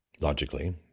logically